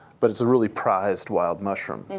but it's really prized wild mushroom.